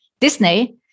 Disney